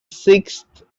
sixth